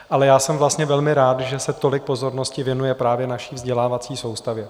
Ale já jsem vlastně velmi rád, že se tolik pozornosti věnuje právě naší vzdělávací soustavě.